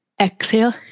Exhale